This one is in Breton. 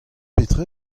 petra